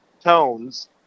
tones